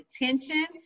attention